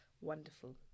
wonderful